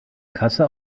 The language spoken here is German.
kasse